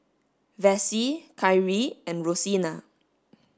Vassie Kyrie and Rosina